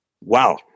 wow